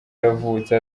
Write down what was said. yavutse